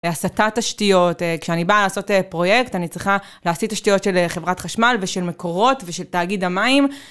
הסטת תשתיות, כשאני באה לעשות פרויקט אני צריכה להסיט תשתיות של חברת חשמל ושל מקורות ושל תאגיד המים.